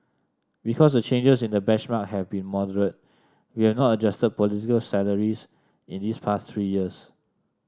because the changes in the benchmark have been moderate we have not adjusted political salaries in these past three years